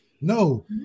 No